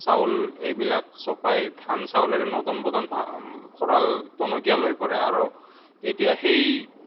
চাউল এইবিলাক চপাই ধান চাউলেৰে নদন বদন ভৰাঁল টনকীয়াল হৈ পৰে আৰু তেতিয়া সেই